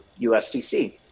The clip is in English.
USDC